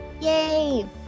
Yay